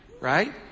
right